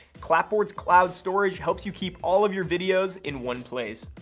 clapboard's cloud storage helps you keep all of your videos in one place.